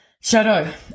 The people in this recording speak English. shadow